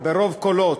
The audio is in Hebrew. ברוב קולות,